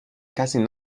کسی